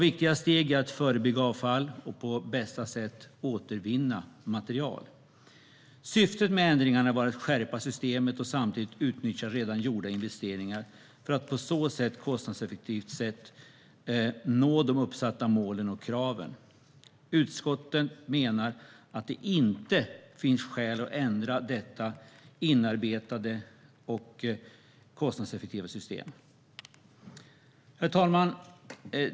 Viktiga steg är att förebygga avfall och på bästa sätt återvinna material. Syftet med ändringarna var att skärpa systemet och samtidigt utnyttja redan gjorda investeringar för att på ett kostnadseffektivt sätt nå de uppsatta målen och kraven. Utskotten menar att det inte finns skäl att ändra detta inarbetade och kostnadseffektiva system. Herr talman!